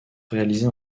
réalisés